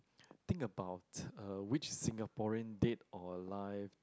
think about uh which Singaporean dead or alive